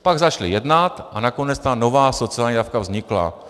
Pak začali jednat a nakonec ta nová sociální dávka vznikla.